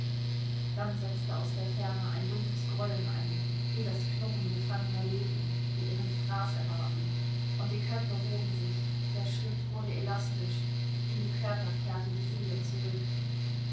da setzte aus der ferne ein dumpfes grollen ein wie das knurren gefangener löwen die ihren fraß erwarten und die köpfe hoben sich der schritt wurde elastisch in die körper kehrte die seele zurück